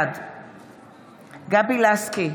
בעד גבי לסקי,